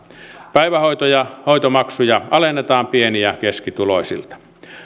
päivähoitomaksuja alennetaan pieni ja keskituloisilta